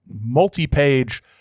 multi-page